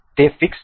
તેથી તે ફિક્સ છે